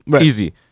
Easy